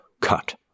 cut